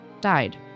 died